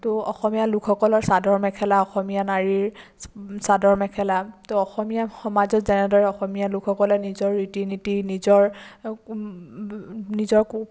তো অসমীয়া লোকসকলৰ চাদৰ মেখেলা অসমীয়া নাৰীৰ চাদৰ মেখেলা তো অসমীয়া সমাজত যেনেদৰে অসমীয়া লোকসকলে নিজৰ ৰীতি নীতি নিজৰ নিজৰ